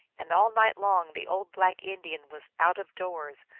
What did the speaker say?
and all night long the old black indian was out-of doors,